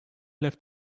left